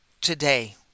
today